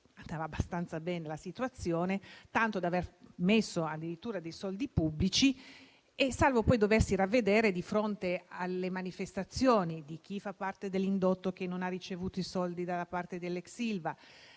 andava abbastanza bene la situazione, tanto da aver messo addirittura dei soldi pubblici, salvo poi doversi ravvedere di fronte alle manifestazioni di chi fa parte dell'indotto, che non ha ricevuto i soldi da parte dell'ex Ilva,